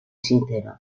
sincero